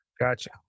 Gotcha